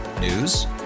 News